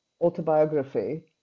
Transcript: autobiography